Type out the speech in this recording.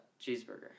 Cheeseburger